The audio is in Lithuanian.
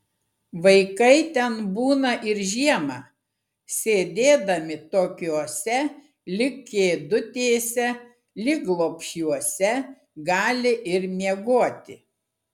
vaikai ten būna ir žiemą sėdėdami tokiose lyg kėdutėse lyg lopšiuose gali ir miegoti